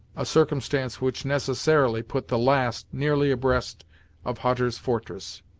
a circumstance which necessarily put the last nearly abreast of hutter's fortress.